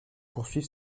poursuive